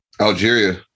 Algeria